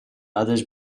others